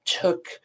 took